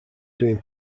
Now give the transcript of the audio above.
doing